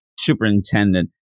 Superintendent